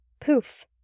poof